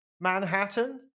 Manhattan